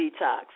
detox